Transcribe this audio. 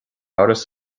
áras